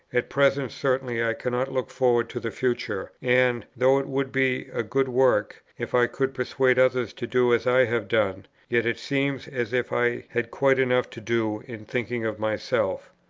at present certainly i cannot look forward to the future, and, though it would be a good work if i could persuade others to do as i have done, yet it seems as if i had quite enough to do in thinking of myself.